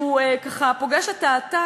הוא פוגש את העתק.